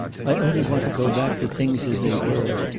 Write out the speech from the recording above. i only want to go back to things as they were.